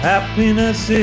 Happiness